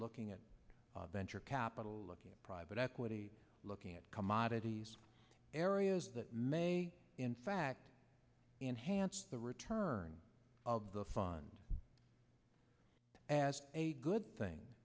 looking at venture capital looking at private equity looking at commodities areas that may in fact enhance the return of the fund as a good thing